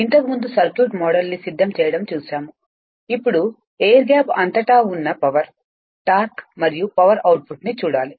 ఇంతకుముందు circuit model ని సిద్ధం చేయడం చూశాము ఇప్పుడు ఎయిర్ గ్యాప్ అంతటా ఉన్న పవర్ టార్క్ మరియు పవర్ అవుట్పుట్ ని చూడాలి